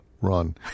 run